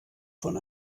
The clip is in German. von